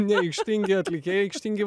neaikštingi atlikėjai aikštingi